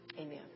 Amen